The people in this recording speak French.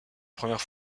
première